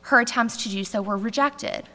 her attempts to do so were rejected